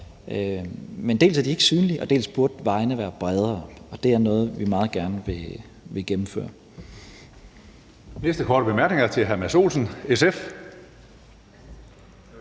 men dels er de ikke synlige, dels burde vejene være bredere, og det er noget, vi meget gerne vil gennemføre.